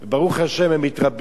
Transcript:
ברוך השם הם מתרבים,